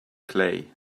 clay